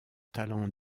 talent